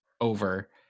over